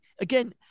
again